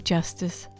Justice